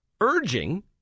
urging